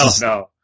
no